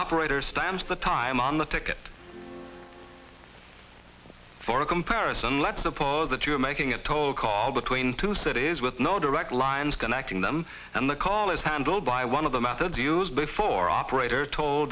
for the time on the ticket for a comparison let's suppose that you are making a toll call between two cities with no direct lines connecting them and the call is handled by one of the methods used before operator tol